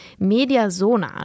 Mediasona